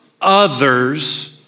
others